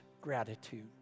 gratitude